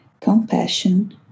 compassion